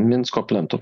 minsko plentu